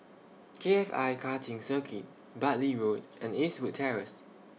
K F I Karting Circuit Bartley Road and Eastwood Terrace